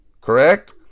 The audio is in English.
Correct